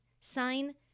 sign